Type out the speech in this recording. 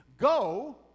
go